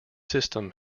system